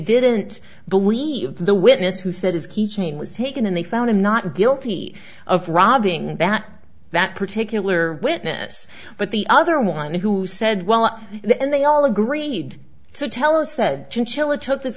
didn't believe the witness who said his key chain was taken and they found him not guilty of robbing and that that particular witness but the other one who said well then they all agreed sotelo said gentilla took this